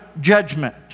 judgment